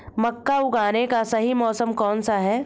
मक्का उगाने का सही मौसम कौनसा है?